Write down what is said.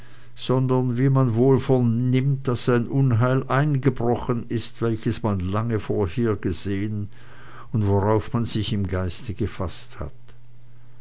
sondern wie man wohl vernimmt daß ein unheil eingebrochen ist welches man lange vorhergesehen und worauf man sich im geiste gefaßt hat